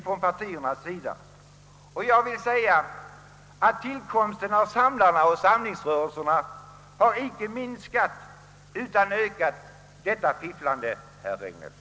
Enligt min mening har tillkomsten av samlarna och samlingsrörelserna icke minskat utan ökat fifflandet, herr Regnéll.